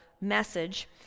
message